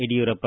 Yediyurappa